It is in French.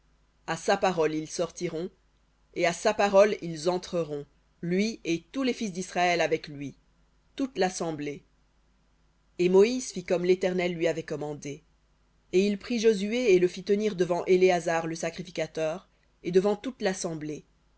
à sa parole ils sortiront et à sa parole ils entreront lui et tous les fils d'israël avec lui toute lassemblée et moïse fit comme l'éternel lui avait commandé et il prit josué et le fit se tenir devant éléazar le sacrificateur et devant toute l'assemblée